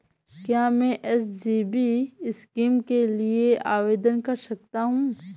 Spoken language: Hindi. क्या मैं एस.जी.बी स्कीम के लिए आवेदन कर सकता हूँ?